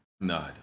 No